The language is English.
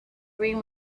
rim